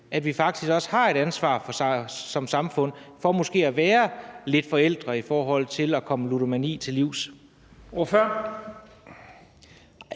at vi faktisk også har et ansvar som samfund for måske at være lidt forældre i forhold til at komme ludomani til livs?